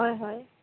হয় হয়